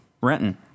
Renton